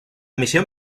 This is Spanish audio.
misión